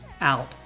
out